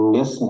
yes